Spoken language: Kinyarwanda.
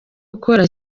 gukora